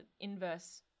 inverse